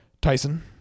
Tyson